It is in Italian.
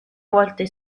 volte